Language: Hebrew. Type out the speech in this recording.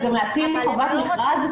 אז גם להטיל חובת מכרז?